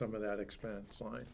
some of that expense line